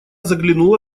заглянула